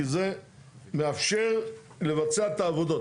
כי זה מאפשר לבצע את העבודות.